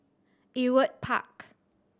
Ewart Park